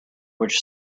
which